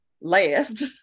left